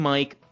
Mike